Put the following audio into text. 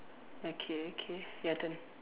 okay okay your turn